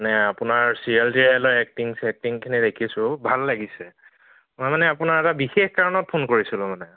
মানে আপোনাৰ ছিৰিয়েল টিৰিয়েলৰ এক্টিং ছেক্টিঙখিনি দেখিছোঁ ভাল লাগিছে মই মানে আপোনাক এটা বিশেষ কাৰণত ফোন কৰিছিলোঁ মানে